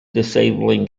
disabling